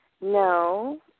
no